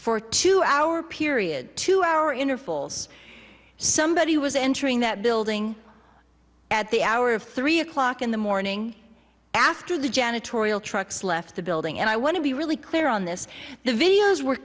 for two hour period two hour intervals somebody was entering that building at the hour of three o'clock in the morning after the janitorial trucks left the building and i want to be really clear on this the videos were